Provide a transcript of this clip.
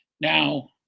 now